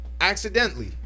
Accidentally